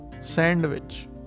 sandwich